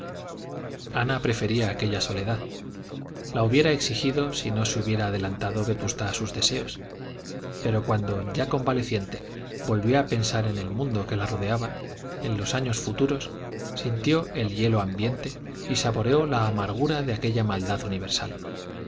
ana prefería aquella soledad ella la hubiera exigido si no se hubiera adelantado vetusta a sus deseos pero cuando ya convaleciente volvió a pensar en el mundo que la rodeaba en los años futuros sintió el hielo ambiente y saboreó la amargura de aquella maldad universal